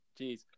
Jeez